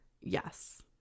yes